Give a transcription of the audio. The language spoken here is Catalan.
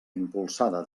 impulsada